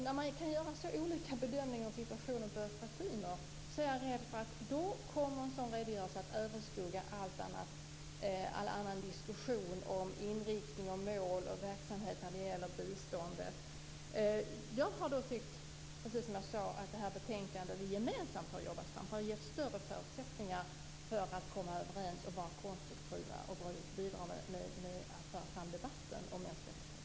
När man kan göra så olika bedömningar av situationen på Östra Timor, är jag rädd för att en sådan redogörelse kommer att överskugga all annan diskussion om inriktning, mål och verksamhet när det gäller biståndet. Jag har tyckt, precis som jag sade, att det här betänkandet som vi gemensamt har jobbat fram har gett större förutsättningar för att komma överens och vara konstruktiva. Det har dessutom bidragit till att föra fram debatten om mänskliga rättigheter.